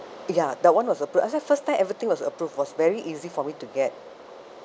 ya that one was the first I said first time everything was approved was very easy for me to get